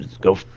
go